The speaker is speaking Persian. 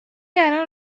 الان